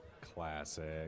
Classic